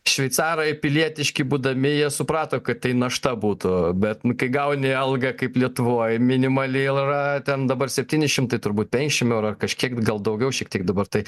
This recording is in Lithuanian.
šveicarai pilietiški būdami jie suprato kad tai našta būtų bet kai gauni algą kaip lietuvoj minimali jau yra ten dabar septyni šimtai turbūt penkiasdešimt eurų ar kažkiek gal daugiau šiek tiek dabar tai